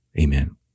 Amen